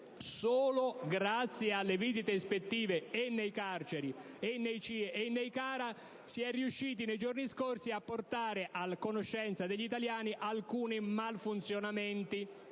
solo grazie alle visite ispettive nelle carceri, nei CIE e nei CARA si è riusciti, nei giorni scorsi, a portare a conoscenza degli italiani alcuni malfunzionamenti